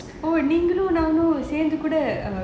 நீங்களும் நானும் சேந்து கூட:neengalam naanum senthu kuda